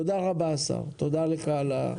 אדוני השר, תודה רבה על הזמן.